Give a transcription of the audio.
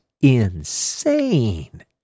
insane